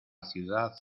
ciudad